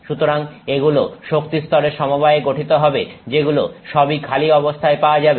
সুতরাং এগুলো শক্তিস্তরের সমবায়ে গঠিত হবে যেগুলোর সবই খালি অবস্থায় পাওয়া যাবে